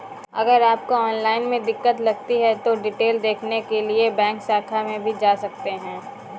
अगर आपको ऑनलाइन में दिक्कत लगती है तो डिटेल देखने के लिए बैंक शाखा में भी जा सकते हैं